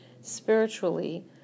spiritually